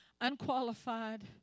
unqualified